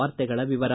ವಾರ್ತೆಗಳ ವಿವರ